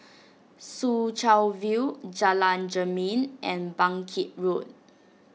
Soo Chow View Jalan Jermin and Bangkit Road